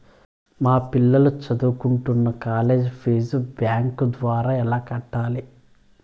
మా పిల్లలు సదువుకుంటున్న కాలేజీ ఫీజు బ్యాంకు ద్వారా ఎలా కట్టాలి?